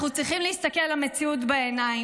אנחנו צריכים להסתכל למציאות בעיניים,